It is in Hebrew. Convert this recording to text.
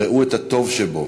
ראו את הטוב שבו,